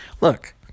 Look